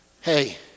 Hey